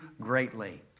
greatly